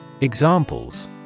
Examples